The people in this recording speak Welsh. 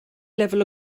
lefel